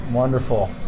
Wonderful